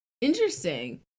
interesting